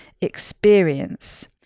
experience